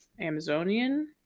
amazonian